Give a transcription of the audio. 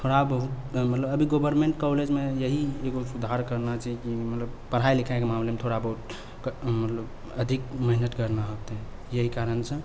थोड़ा बहुत मतलब अभी गवर्नमेन्ट कॉलेजमे यही एगो सुधार करना चाहिये मतलब पढ़ाइ लिखाइके मामिलामे थोड़ा बहुत मतलब अधिक मेहनत करना होतै यही कारणसँ